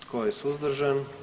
Tko je suzdržan?